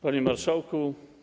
Panie Marszałku!